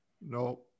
No